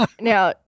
now